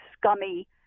scummy